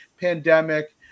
pandemic